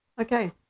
Okay